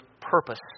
purpose